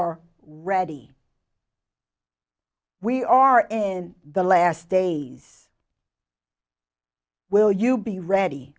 are ready we are in the last days will you be ready